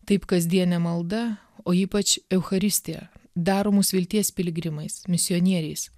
taip kasdienė malda o ypač eucharistija daro mus vilties piligrimais misionieriais